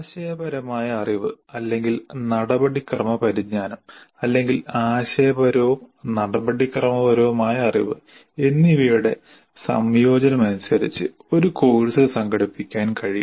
ആശയപരമായ അറിവ് അല്ലെങ്കിൽ നടപടിക്രമ പരിജ്ഞാനം അല്ലെങ്കിൽ ആശയപരവും നടപടിക്രമപരവുമായ അറിവ് എന്നിവയുടെ സംയോജനമനുസരിച്ച് ഒരു കോഴ്സ് സംഘടിപ്പിക്കാൻ കഴിയും